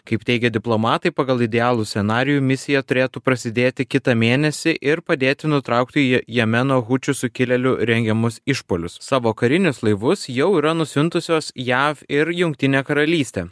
kaip teigia diplomatai pagal idealų scenarijų misija turėtų prasidėti kitą mėnesį ir padėti nutraukti jemeno hučių sukilėlių rengiamus išpuolius savo karinius laivus jau yra nusiuntusios jav ir jungtinė karalystė